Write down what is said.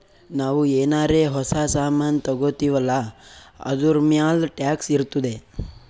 ನಾವು ಏನಾರೇ ಹೊಸ ಸಾಮಾನ್ ತಗೊತ್ತಿವ್ ಅಲ್ಲಾ ಅದೂರ್ಮ್ಯಾಲ್ ಟ್ಯಾಕ್ಸ್ ಇರ್ತುದೆ